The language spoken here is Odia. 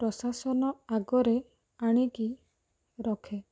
ପ୍ରଶାସନ ଆଗରେ ଆଣିକି ରଖେ